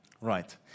Right